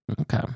Okay